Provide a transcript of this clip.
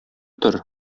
тор